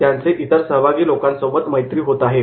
त्यांचे इतर सहभागी लोकांसोबत मैत्री होत आहे